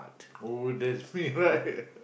oh that's me right